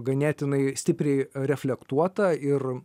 ganėtinai stipriai reflektuota ir